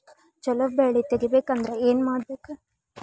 ಛಲೋ ಬೆಳಿ ತೆಗೇಬೇಕ ಅಂದ್ರ ಏನು ಮಾಡ್ಬೇಕ್?